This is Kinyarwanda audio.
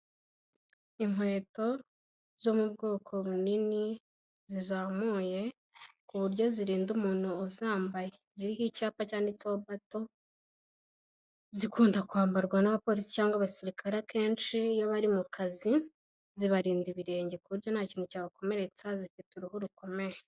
Inkweto zo mu bwoko bunini zizamuye ku buryo zirinda umuntu uzambaye. Ziriho icyapa cyanditseho Bato, zikunda kwambarwa n'abapolisi cyangwa abasirikare akenshi iyo bari mu kazi, zibarinda ibirenge ku buryo nta kintu cyabakomeretsa zifite uruhu rukomeye.